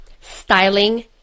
styling